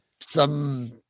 some-